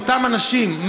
עם אותם אנשים,